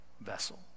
vessel